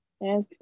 Yes